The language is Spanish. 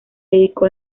dedicó